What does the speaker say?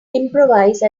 improvise